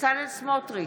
בצלאל סמוטריץ'